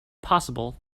possible